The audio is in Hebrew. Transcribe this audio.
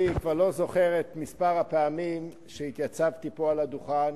אני כבר לא זוכר את מספר הפעמים שהתייצבתי פה על הדוכן